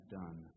done